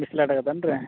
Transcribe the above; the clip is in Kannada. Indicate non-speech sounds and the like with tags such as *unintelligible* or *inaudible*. *unintelligible*